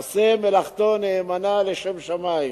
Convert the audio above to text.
עושה מלאכתו נאמנה, לשם שמים.